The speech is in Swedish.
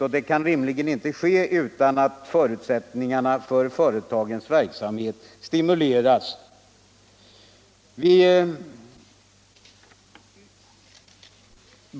och det kan rimligen inte ske utan att företagsamheten stimulcras.